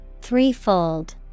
Threefold